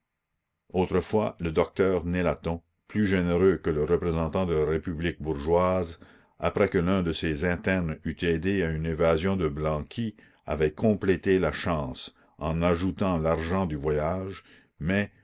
autrefois le docteur nélaton plus généreux que le représentant de la république bourgeoise après que l'un de ses internes eut aidé à une évasion de blanqui avait complété la chance en ajoutant l'argent du voyage mais